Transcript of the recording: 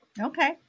Okay